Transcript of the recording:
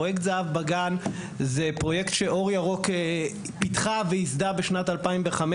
פרויקט זה"ב בגן זה פרויקט שאור ירוק פיתחה וייסדה בשנת 2015,